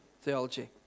theology